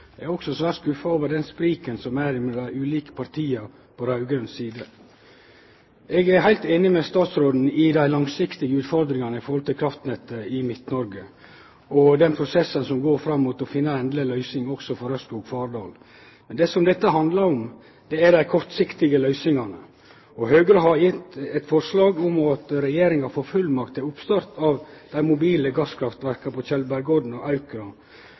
Eg er også svært skuffa over den spriken som er mellom dei ulike partia på raud-grøn side. Eg er heilt einig med statsråden i dei langsiktige utfordringane i forhold til kraftnettet i Midt-Noreg og den prosessen som går fram mot å finne endeleg løysing også for Ørskog–Fardal. Det som dette handlar om, er dei kortsiktige løysingane. Høgre har eit forslag om at Regjeringa får fullmakt til oppstart av dei mobile gasskraftverka på Tjeldbergodden og